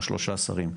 או שלושה שרים,